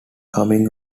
coming